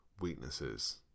weaknesses